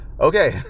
Okay